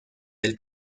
del